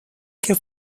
que